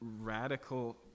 radical